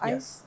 Yes